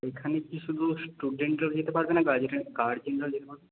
এখানে কি শুধু স্টুডেন্টরা যেতে পারবে না গার্জেন গার্জেনরাও যেতে পারবে